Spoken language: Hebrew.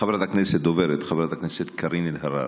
חברת הכנסת קארין אלהרר.